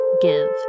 give